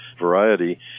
variety